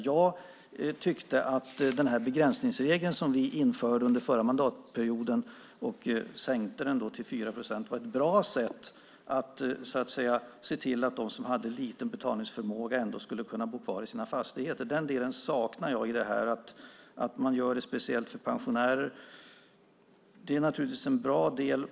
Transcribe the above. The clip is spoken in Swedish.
Jag tyckte att den begränsningsregel som vi förra mandatperioden införde - vi sänkte ju till 4 procent - var ett bra sätt att se till att de som hade liten betalningsförmåga ändå skulle kunna bo kvar i sina fastigheter. Den delen saknar jag här. Att man gör något speciellt riktat till pensionärer är naturligtvis bra.